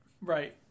Right